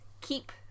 keep